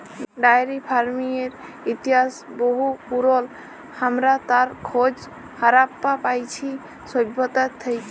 diary ফার্মিংয়ের ইতিহাস বহু পুরল, হামরা তার খজ হারাপ্পা পাইছি সভ্যতা থেক্যে